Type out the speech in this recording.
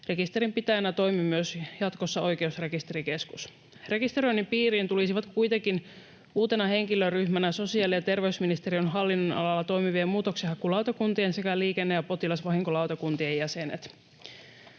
Rekisterinpitäjänä toimisi myös jatkossa Oikeusrekisterikeskus. Rekisteröinnin piiriin tulisivat kuitenkin uutena henkilöryhmänä sosiaali- ja terveysministeriön hallinnonalalla toimivien muutoksenhakulautakuntien sekä liikenne- ja potilasvahinkolautakunnan jäsenet.